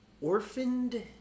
orphaned